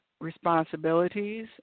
responsibilities